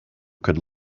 could